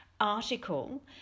article